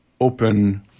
open